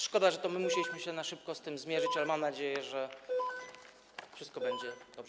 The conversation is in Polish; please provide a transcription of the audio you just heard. Szkoda, że to my musieliśmy się na szybko z tym zmierzyć, ale mam nadzieję, że wszystko będzie dobrze.